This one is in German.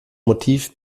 motiv